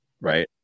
Right